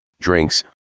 drinks